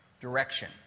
direction